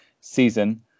season